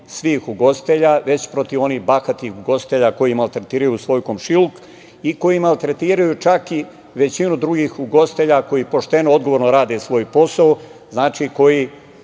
svih ugostitelja, već protiv onih bahatih ugostitelja koji maltretiraju svoj komšiluk i koji maltretiraju većinu drugih ugostitelja koji pošteno odgovorno rade svoj posao, koji